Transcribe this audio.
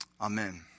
Amen